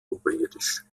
oberirdisch